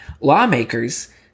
Lawmakers